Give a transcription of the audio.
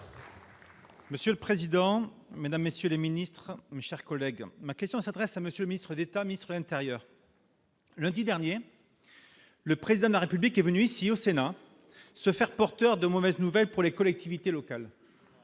Monsieur le président, Mesdames, messieurs les ministres, mes chers collègues, ma question s'adresse à monsieur ministre d'État, ministre intérieur. Lundi dernier, le président de la République est venu ici au Sénat, se faire porteur de mauvaises nouvelles pour les collectivités locales,